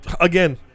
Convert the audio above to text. Again